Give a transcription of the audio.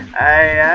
i